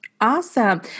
awesome